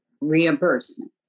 reimbursement